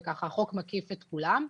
והחוק מקיף את כולם.